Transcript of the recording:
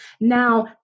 Now